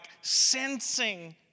sensing